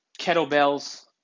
Kettlebells